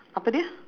apa duh